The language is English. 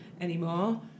anymore